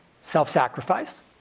self-sacrifice